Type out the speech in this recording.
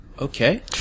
Okay